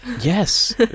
Yes